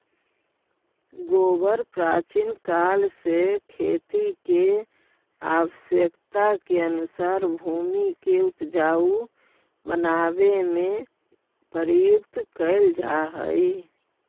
गोबर प्राचीन काल से खेती के आवश्यकता के अनुसार भूमि के ऊपजाऊ बनावे में प्रयुक्त कैल जा हई